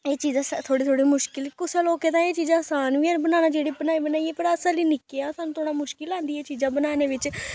एह् चीजां थोह्ड़ी थोह्ड़ी मुश्कल कुसै लोकें तांई एह् चीजां असान बी हैन बनाना जेह्ड़ी बनाई बनाइयै पर अस हल्ले निक्के आं सानूं थोह्ड़ा मुश्कल औंदी एह् चीजां बनाने बिच्च